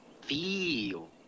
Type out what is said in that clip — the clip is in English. Feel